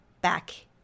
back